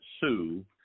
sue